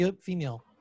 female